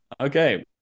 Okay